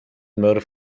motive